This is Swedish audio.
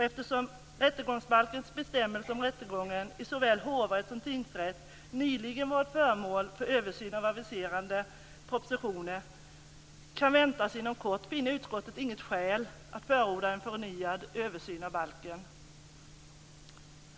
Eftersom rättegångsbalkens bestämmelser om rättegången i såväl hovrätt som tingsrätt nyligen varit föremål för översyn och aviserade propositioner kan väntas inom kort finner utskottet inget skäl att förorda en förnyad översyn av balken.